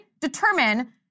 determine